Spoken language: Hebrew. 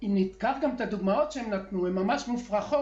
אם נסתכל על הדוגמאות שהם נתנו נראה שהן ממש מופרכות.